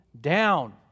down